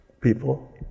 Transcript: people